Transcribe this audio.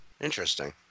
Interesting